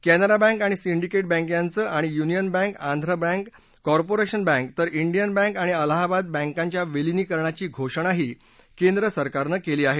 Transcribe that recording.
क्त्रिरा bank आणि syndicate bank यांचं आणि union bank Andhra bank corporation bank तर इंडियन बँक आणि अलाहाबाद बँकांच्या विलीनीकरणाची घोषणाही केंद्र सरकारनं केली आहे